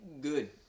good